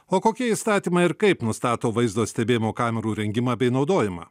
o kokie įstatymai ir kaip nustato vaizdo stebėjimo kamerų įrengimą bei naudojimą